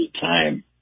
time